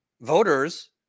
voters